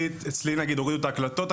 אצלי לדוגמה הורידו עכשיו את ההקלטות.